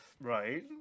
right